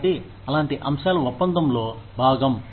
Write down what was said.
కాబట్టి అలాంటి అంశాలు ఒప్పందంలో భాగం